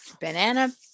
Banana